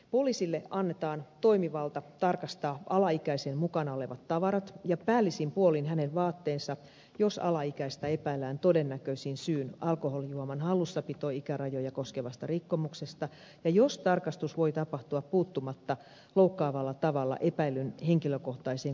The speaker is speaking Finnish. poliisille annetaan toimivalta tarkastaa alaikäisen mukana olevat tavarat ja päällisin puolin hänen vaatteensa jos alaikäistä epäillään todennäköisin syin alkoholijuoman hallussapitoikärajoja koskevasta rikkomuksesta ja jos tarkastus voi tapahtua puuttumatta loukkaavalla tavalla epäillyn henkilökohtaiseen koskemattomuuteen